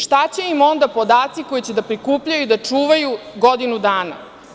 Šta će im onda podaci koje će da prikupljaju i da čuvaju godinu dana?